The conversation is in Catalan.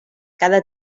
cada